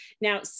Now